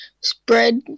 spread